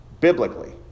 biblically